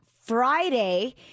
friday